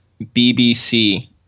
BBC